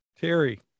Terry